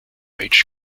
age